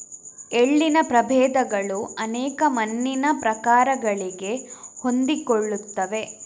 ಎಳ್ಳಿನ ಪ್ರಭೇದಗಳು ಅನೇಕ ಮಣ್ಣಿನ ಪ್ರಕಾರಗಳಿಗೆ ಹೊಂದಿಕೊಳ್ಳುತ್ತವೆ